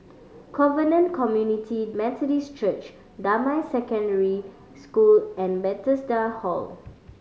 Covenant Community Methodist Church Damai Secondary School and Bethesda Hall